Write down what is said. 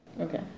Okay